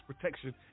protection